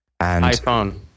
iPhone